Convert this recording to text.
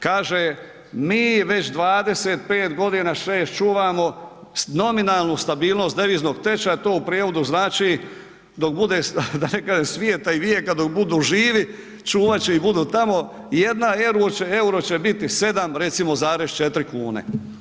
Kaže, mi već 25 godina 6 čuvamo nominalnu stabilnost deviznog tečaja to u prijevodu znači dok bude da ne kažem svijeta i vijeka dok budu živi čuvat će i budu tamo i 1 EUR-o će biti 7 recimo zarez 4 kune.